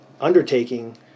undertaking